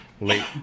late